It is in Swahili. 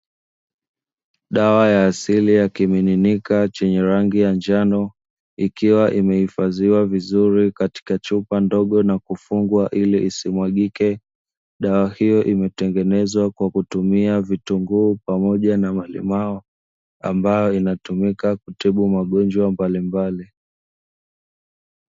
Dawa ya asili ya kimiminika chenye rangi ya njano ikiwa imehifadhiwa vizuri katika chupa ndogo na kufungwa ili isimwagike dawa hiyo imetengenezwa kwa kutumia vitunguu pamoja na malimao ambayo inatumika kutibu magonjwa mbalimbali.